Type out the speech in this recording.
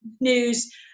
news